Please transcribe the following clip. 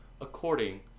according